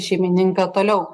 šeimininką toliau